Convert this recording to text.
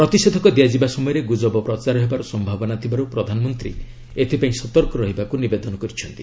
ପ୍ରତିଷେଧକ ଦିଆଯିବା ସମୟରେ ଗୁଜବ ପ୍ରଚାର ହେବାର ସମ୍ଭାବନା ଥିବାରୁ ପ୍ରଧାନମନ୍ତ୍ରୀ ଏଥିପାଇଁ ସତର୍କ ରହିବାକୁ ନିବେଦନ କରିଛନ୍ତି